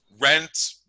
rent